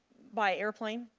by airplane?